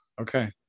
Okay